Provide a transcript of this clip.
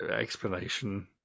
explanation